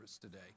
today